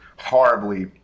horribly